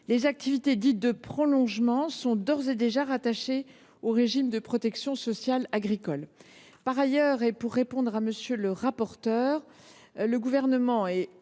les activités dites de prolongement sont d’ores et déjà rattachées au régime de protection sociale agricole. Pour vous répondre, monsieur le rapporteur, je vous assure